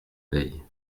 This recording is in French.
veille